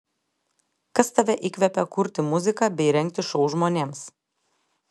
kas tave įkvepia kurti muziką bei rengti šou žmonėms